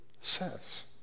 says